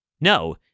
No